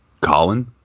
Colin